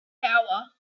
power